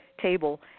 table